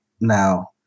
Now